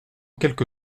quelque